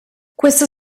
questa